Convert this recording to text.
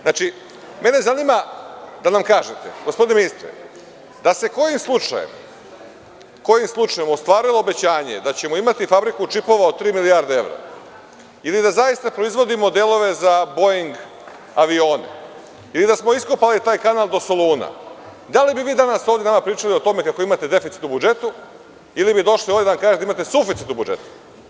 Znači, mene zanima da nam kažete gospodine ministre, da se kojim slučajem ostvarilo obećanje da ćemo imati fabriku čipova od tri milijarde evra ili da zaista proizvodimo delove za boing avione, ili da smo iskopali taj kanal do Soluna, da li bi vi nama danas ovde pričali o tome kako imate deficit u budžetu, ili bi došli ovde da nam kažete da imate suficit u budžetu?